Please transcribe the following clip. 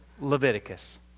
Leviticus